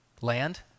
Land